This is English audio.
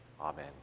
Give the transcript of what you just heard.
Amen